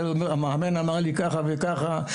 המאמן אמר לי ככה וככה,